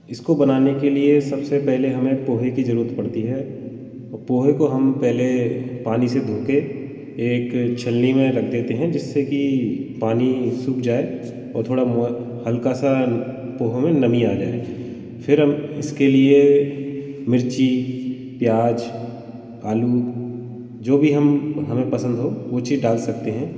इसको बनाने के लिए सबसे पहले हमें पोहे की ज़रूरत पड़ती है औ पोहे को हम पहले पानी से धो कर एक छलनी में रख देते हैं जिससे कि पानी सुख जाए और थोड़ा मु हल्का सा पोहो में नमी आ जाए फिर हम इसके लिए मिर्च प्याज आलू जो भी हम हमें पसंद हो वह चीज़ डाल सकते हैं